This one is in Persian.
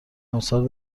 امسال